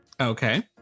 Okay